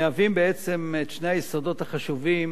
מהווים בעצם את שני היסודות החשובים